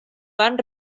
van